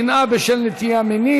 שנאה בשל נטייה מינית,